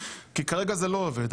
כי כרגע זה לא עובד.